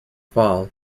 fall